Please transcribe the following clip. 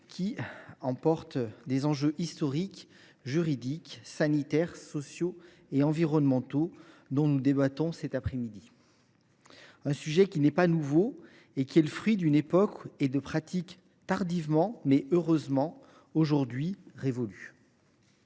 qui emporte des enjeux historiques, juridiques, sanitaires, sociaux et environnementaux, dont nous débattons cette après midi. Ce sujet n’est pas nouveau. Il est le fruit d’une époque et de pratiques tardivement, mais heureusement, révolues.